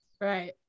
Right